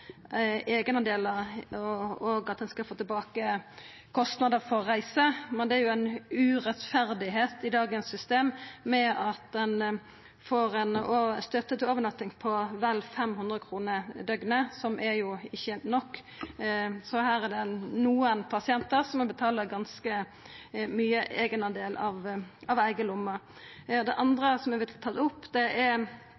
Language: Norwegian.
og at ein skal få tilbake kostnader for reise. Det er ei manglande rettferd i dagens system med at ein får ei støtte til overnatting på vel 500 kr i døgnet, som ikkje er nok. Så nokre pasientar må betala ganske mykje i eigendel av eiga lomme. Det